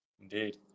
Indeed